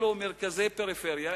אלו מרכזי פריפריה.